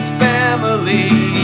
family